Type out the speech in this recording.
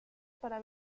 para